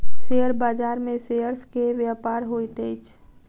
share बाजार में shares के व्यापार होइत अछि